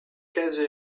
case